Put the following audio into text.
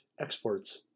exports